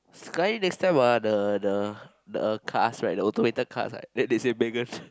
sekali next time ah the the the cast right the automated cast right then they say Megan